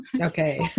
Okay